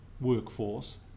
workforce